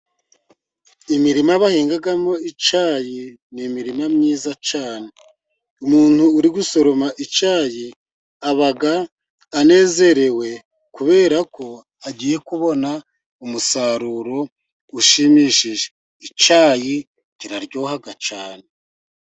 Imirima bahingamo icyayi, ni imirima myiza cyane ,umuntu uri gusoroma icyayi aba anezerewe ,kubera ko agiye kubona umusaruro ushimishije. Icyayi kiraryoha cyane.